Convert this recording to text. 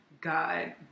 God